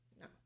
no